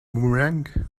boomerang